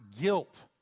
guilt